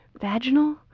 vaginal